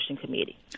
committee